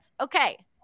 okay